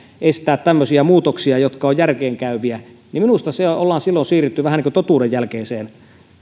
estää tämmöisiä muutoksia jotka ovat järkeenkäyviä niin minusta ollaan silloin siirrytty vähän niin kuin totuuden jälkeiseen